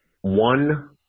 one